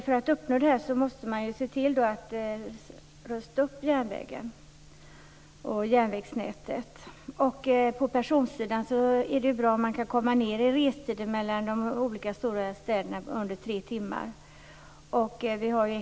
För att uppnå detta måste man se till att rusta upp järnvägen och järnvägsnätet. På personsidan är det bra om man kan komma ned i restider under tre timmar mellan de stora städerna.